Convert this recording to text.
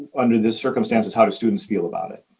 under the circumstances, how do students feel about it.